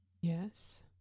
Yes